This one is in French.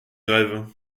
grèves